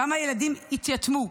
כמה ילדים יתייתמו,